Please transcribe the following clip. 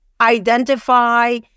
identify